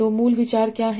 तो मूल विचार क्या है